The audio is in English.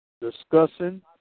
discussing